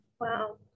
Wow